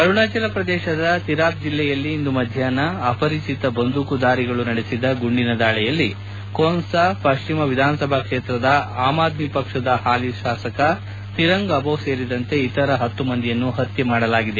ಅರುಣಾಚಲ ಪ್ರದೇಶದ ತಿರಾಪ್ ಜಿಲ್ಲೆಯಲ್ಲಿ ಇಂದು ಮಧ್ಯಾಪ್ನ ಅಪರಿಚಿತ ಬಂದೂಕುಧಾರಿಗಳು ನಡೆಸಿದ ಗುಂಡಿನ ದಾಳಿಯಲ್ಲಿ ಖೋನ್ಸಾ ಪಶ್ಚಿಮ ವಿಧಾನಸಭಾ ಕ್ಷೇತ್ರದ ಆಮ್ ಆದ್ಮಿ ಪಕ್ಷದ ಹಾಲಿ ಶಾಸಕ ತಿರಂಗ್ ಅಭೋ ಸೇರಿದಂತೆ ಇತರ ಹತ್ತು ಮಂದಿಯನ್ನು ಹತ್ಯೆ ಮಾಡಲಾಗಿದೆ